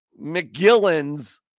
McGillen's